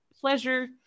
pleasure